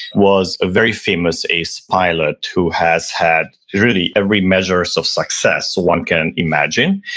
was a very famous ace pilot who has had really every measures of success one can imagine,